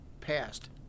passed